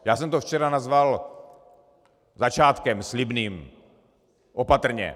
Já jsem to včera nazval začátkem, slibným opatrně.